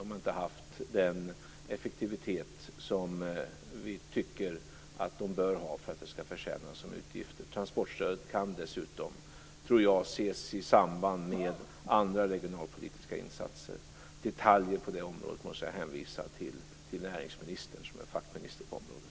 De har inte haft den effektivitet som vi tycker att de bör ha för att de skall förtjäna att vara utgifter. Transportstödet kan dessutom, tror jag, ses i samband med andra regionalpolitiska insatser. Men när det gäller detaljer på det området måste jag hänvisa till näringsministern, som är fackminister på området.